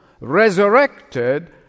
resurrected